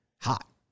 hot